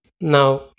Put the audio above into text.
Now